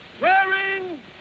wearing